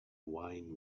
wine